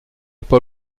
pas